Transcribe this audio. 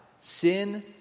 sin